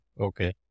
Okay